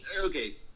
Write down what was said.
okay